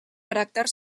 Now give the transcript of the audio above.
caràcter